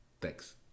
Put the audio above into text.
Thanks